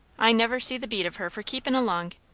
i never see the beat of her for keepin' along.